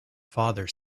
father